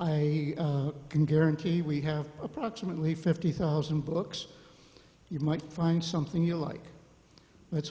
i can guarantee we have approximately fifty thousand books you might find something you like let's